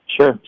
Sure